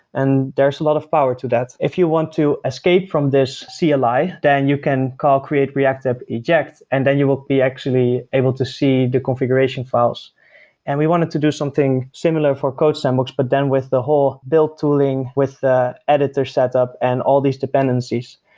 and there's a lot of power to that. if you want to escape from this cli, like then you can call create-react-app eject and then you will be actually able to see the configuration files and we wanted to do something similar for codesandbox, but then with the whole build tooling with editor setup and all these dependencies.